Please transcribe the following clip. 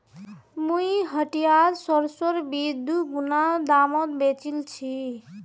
मुई हटियात सरसोर बीज दीगुना दामत बेचील छि